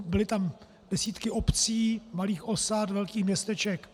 Byly tam desítky obcí, malých osad, velkých městeček.